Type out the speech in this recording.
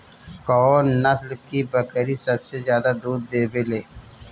कौन नस्ल की बकरी सबसे ज्यादा दूध देवेले?